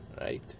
right